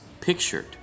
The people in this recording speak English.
pictured